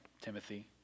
Timothy